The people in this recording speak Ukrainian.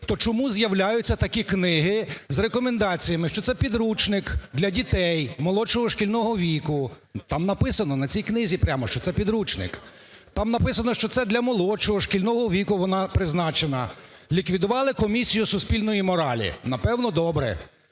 То чому з'являються такі книги з рекомендаціями, що це підручник для дітей молодшого шкільного віку? Там написано, на цій книзі, прямо, що це підручник. Там написано, що це для молодшого шкільного віку вона призначена. Ліквідували комісію суспільної моралі. Напевно, добре.